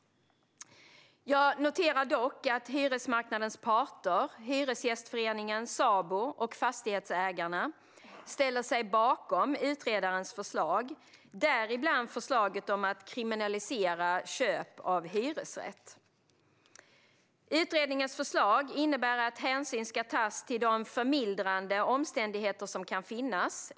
Jag noterar dock att hyresmarknadens parter, Hyresgästföreningen, Sabo och Fastighetsägarna, ställer sig bakom utredarens förslag, däribland förslaget om att kriminalisera köp av hyresrätt. Utredningens förslag innebär att hänsyn ska tas till de förmildrande omständigheter som kan finnas.